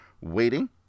waiting